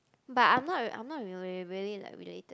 but I'm not really I'm not really really like related